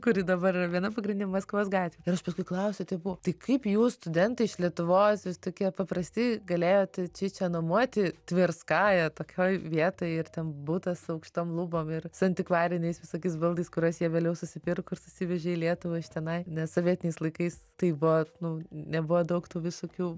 kuri dabar yra viena pagrindinių maskvos gatvių ir aš paskui klausiu tėvų tai kaip jūs studentai iš lietuvos jūs tokie paprasti galėjot šičia nuomoti tverskaja tokioj vietoj ir ten butas aukštom lubom ir su antikvariniais visokiais baldais kuriuos jie vėliau susipirko ir susivežė į lietuvą iš tenai nes sovietiniais laikais tai vat nu nebuvo daug tų visokių